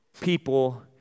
people